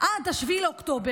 עד 7 באוקטובר,